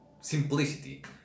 simplicity